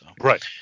Right